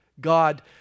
God